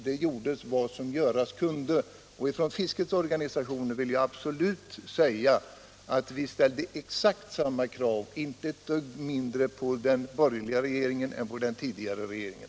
Det gjordes vad som göras kunde och fiskets organisationer anser att det ställdes exakt samma krav: inte ett dugg mindre krav på den borgerliga regeringen än på den tidigare regeringen.